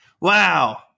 Wow